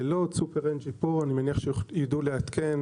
סופר NG פה ואני מניח שידעו לעדכן,